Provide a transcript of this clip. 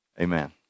Amen